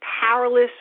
powerless